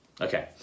Okay